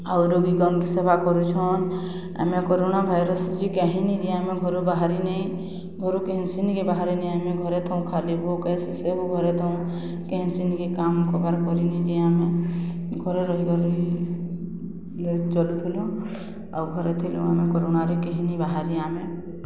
ଆଉ ରୋଗୀ ଗନ ସେବା କରୁଛନ୍ ଆମେ କରୋନା ଭାଇରସ୍ ଯ କେହିନୀ ଯି ଆମେ ଘରୁ ବାହାରନି ଘରୁ କେସିନିକେ ବାହାରନି ଆମେ ଘରେ ଥାଉଁ ଖାଲି ଭୋକସ ସେବୁ ଘରେ ଉଁ କେଁସିନକେ କାମ କବାର କରିନି ଯିଏ ଆମେ ଘରେ ରହିଗ ଚଲୁଥିଲୁ ଆଉ ଘରେ ଥିଲୁ ଆମେ କରୋନାରେ କେହିନୀ ବାହାରି ଆମେ